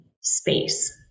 space